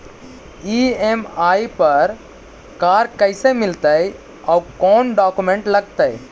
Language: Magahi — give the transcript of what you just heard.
ई.एम.आई पर कार कैसे मिलतै औ कोन डाउकमेंट लगतै?